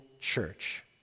church